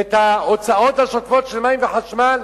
את ההוצאות השוטפות של מים וחשמל